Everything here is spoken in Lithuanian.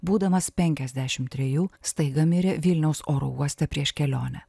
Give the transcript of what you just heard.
būdamas penkiasdešim trejų staiga mirė vilniaus oro uoste prieš kelionę